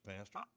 Pastor